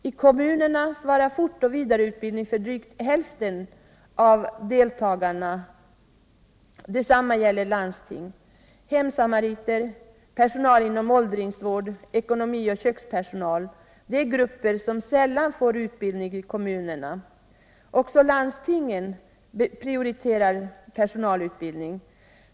I kommunerna svarar fortoch vidareutbildning för drygt hälften av deltagarna, och detsamma gäller landstingen. Hemsamariter, personal inom åldringsvård, ekonomioch kökspersonal är grupper som sällan får utbildning i kommunerna. Även landstingen prioriterar viss personal.